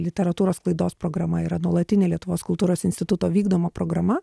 literatūros sklaidos programa yra nuolatinė lietuvos kultūros instituto vykdoma programa